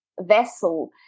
vessel